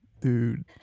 dude